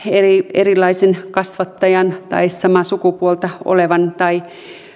erilaisen kasvattajan tai samaa sukupuolta olevan tai